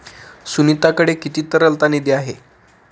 सुनीताकडे किती तरलता निधी आहे?